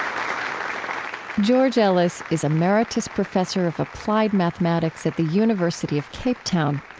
um george ellis is emeritus professor of applied mathematics at the university of cape town.